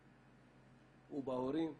ובהורים,